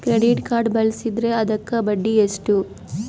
Credit card ಬಳಸಿದ್ರೇ ಅದಕ್ಕ ಬಡ್ಡಿ ಎಷ್ಟು?